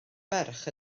merch